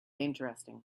interesting